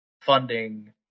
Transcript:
funding